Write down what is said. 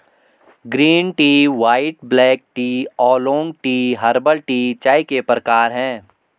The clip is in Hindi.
green tea white black tea oolong tea herbal tea चाय के प्रकार है